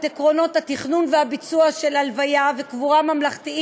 את עקרונות התכנון והביצוע של הלוויה וקבורה ממלכתית